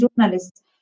journalists